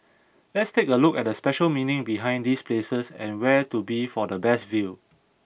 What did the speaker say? let's take a look at the special meaning behind these places and where to be for the best view